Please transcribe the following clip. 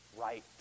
right